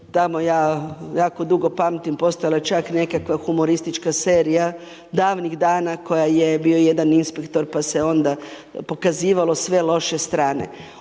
tamo, ja jaku dugo pamtim, postojala je čak neka humoristična serija davnih dana koja je, bio je jedan inspektor pa se onda pokazivalo sve loše strane.